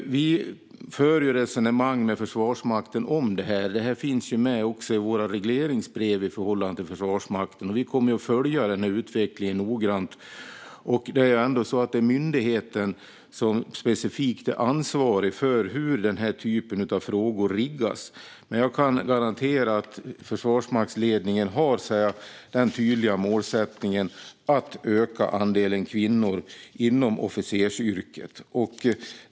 Vi för resonemang med Försvarsmakten om detta. Det här finns också med i våra regleringsbrev till Försvarsmakten, och vi kommer noggrant att följa utvecklingen. Det är ändå myndigheten som specifikt är ansvarig för hur frågor som dessa riggas. Jag kan dock garantera att försvarsmaktsledningen har den tydliga målsättningen att öka andelen kvinnor inom officersyrket.